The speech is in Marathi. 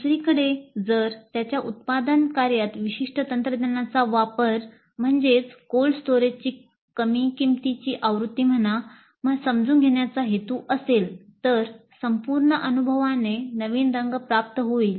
दुसरीकडे जर त्यांच्या उत्पादन कार्यात विशिष्ट तंत्रज्ञानाचा वापर समजून घेण्याचा हेतू असेल तर संपूर्ण अनुभवाने नवीन रंग प्राप्त होतील